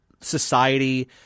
society